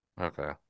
Okay